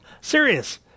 Serious